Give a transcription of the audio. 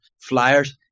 flyers